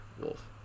wolf